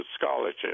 scholarship